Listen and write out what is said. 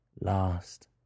last